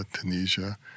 Tunisia